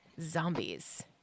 zombies